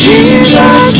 Jesus